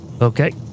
Okay